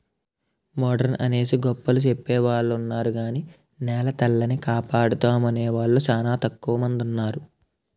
modern అనేసి గొప్పలు సెప్పెవొలున్నారు గాని నెలతల్లిని కాపాడుతామనేవూలు సానా తక్కువ మందున్నారు